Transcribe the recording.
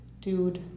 Dude